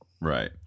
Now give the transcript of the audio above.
Right